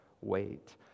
wait